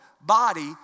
body